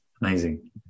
Amazing